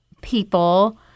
people